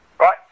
right